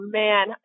man